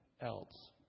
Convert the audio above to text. else